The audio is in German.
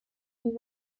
und